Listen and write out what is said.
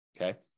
Okay